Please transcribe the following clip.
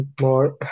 more